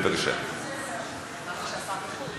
את תעלי להציג את הצעת החוק.